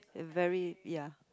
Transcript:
very ya